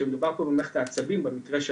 שמדובר פה במערכת העצבים במקרה של